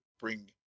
bring